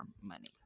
money